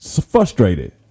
frustrated